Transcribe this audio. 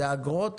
זה אגרות?